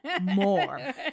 more